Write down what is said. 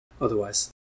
Otherwise